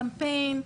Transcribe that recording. קמפיין,